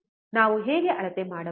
ನಾವು ಹೇಗೆ ಅಳತೆ ಮಾಡಬಹುದು